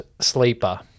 sleeper